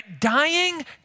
Dying